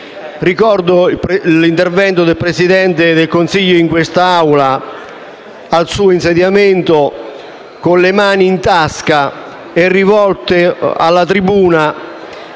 infatti l'intervento svolto dal Presidente del Consiglio in quest'Aula per il suo insediamento, con le mani in tasca e rivolto alla tribuna